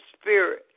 spirit